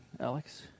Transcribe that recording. Alex